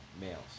males